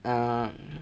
um